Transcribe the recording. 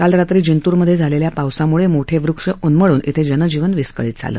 काल रात्री जिंत्रमधे झालेल्या पावसामुळे मोठे वृक्ष उन्मळून इथले जनजीवन विस्कळीत झालं